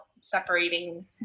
separating